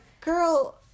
girl